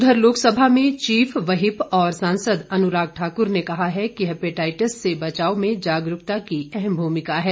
उधर लोकसभा में chief whip और सांसद अनुराग ठाकुर ने कहा है कि हेपेटाईटिस से बचाव में जागरूकता की अहम भूमिका है